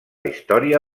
història